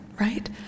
right